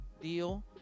deal